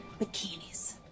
bikinis